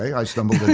i stumbled